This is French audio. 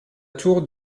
tour